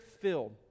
filled